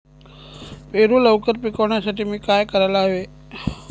पेरू लवकर पिकवण्यासाठी मी काय करायला हवे?